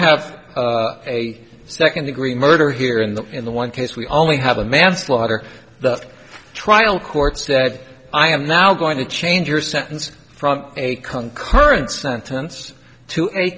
have a second degree murder here in the in the one case we only have a manslaughter the trial court said i am now going to change your sentence from a cunt current sentence to